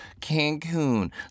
Cancun